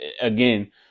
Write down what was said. again